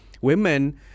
women